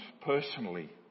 personally